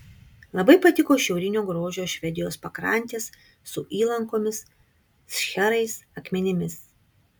labai patiko šiaurinio grožio švedijos pakrantės su įlankomis šcherais akmenimis